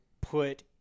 put